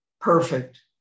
perfect